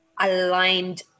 aligned